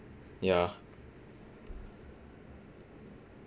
ya